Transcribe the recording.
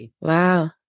Wow